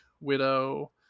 widow